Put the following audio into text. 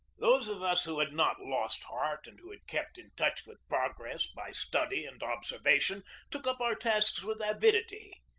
those of us who had not lost heart and who had kept in touch with progress by study and observation took up our tasks with avidity,